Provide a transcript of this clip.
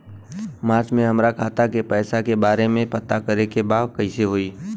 मार्च में हमरा खाता के पैसा के बारे में पता करे के बा कइसे होई?